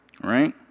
right